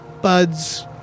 buds